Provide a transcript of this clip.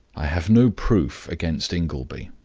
i have no proof against ingleby.